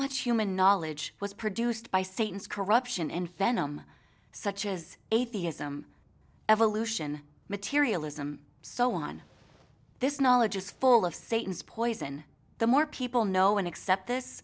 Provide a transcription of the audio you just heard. much human knowledge was produced by satan's corruption in phenom such as atheism evolution materialism so on this knowledge is full of satan's poison the more people know and accept